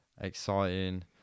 Exciting